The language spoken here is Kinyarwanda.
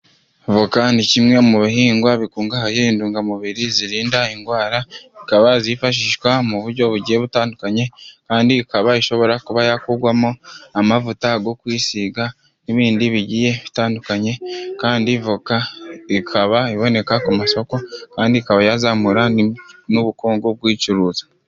Avoka ni kimwe mu bihingwa bikungahaye, intungamubiri zirinda indwara, ikaba yifashishwa mu buryo bugiye butandukanye, kandi ikaba ishobora kuba yakurwamo amavuta yo kwisiga n'ibindi bigiye bitandukanye, kandi voka ikaba iboneka ku masoko, kandi ikaba yazamura n'ubukungu bw'uyicuruza.